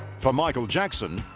for michael jackson,